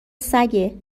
سگه